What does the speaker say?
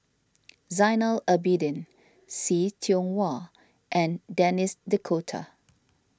Zainal Abidin See Tiong Wah and Denis D'Cotta